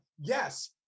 Yes